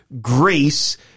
grace